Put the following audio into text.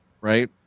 right